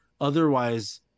Otherwise